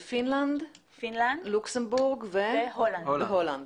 זה פינלנד, לוקסמבורג והולנד?